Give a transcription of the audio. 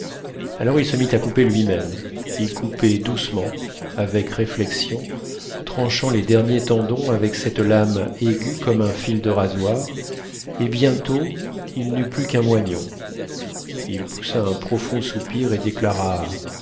alors il se mit à couper lui-même il coupait doucement avec réflexion tranchant les derniers tendons avec cette lame aiguë comme un fil de rasoir et bientôt il n'eut plus qu'un moignon il poussa un profond soupir et déclara